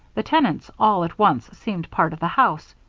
the tenants, all at once, seemed part of the house,